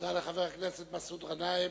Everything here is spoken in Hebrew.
תודה לחבר הכנסת מסעוד גנאים.